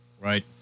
Right